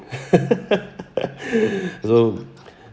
so